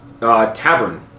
tavern